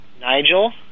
Nigel